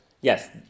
Yes